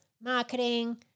marketing